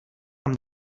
amb